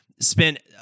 spent